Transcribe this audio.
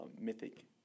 mythic